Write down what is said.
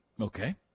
Okay